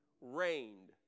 Rained